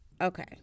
Okay